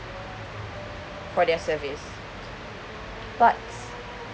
for their service but